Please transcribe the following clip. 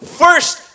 first